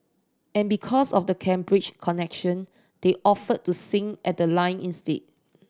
and because of the Cambridge connection they offered to sing at the lying in state